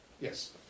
Yes